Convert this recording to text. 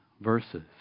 verses